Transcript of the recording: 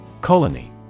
Colony